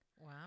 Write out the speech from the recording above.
Wow